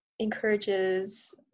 encourages